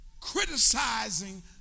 criticizing